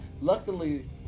luckily